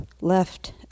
left